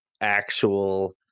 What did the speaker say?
actual